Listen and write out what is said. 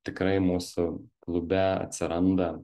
tikrai mūsų klube atsiranda